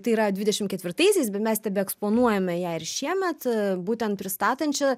tai yra dvidešimt ketvirtaisiais bet mes tebeeksponuojame ją ir šiemet būtent pristatančią